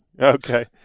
Okay